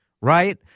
right